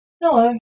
Hello